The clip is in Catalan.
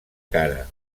cara